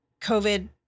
COVID